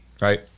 right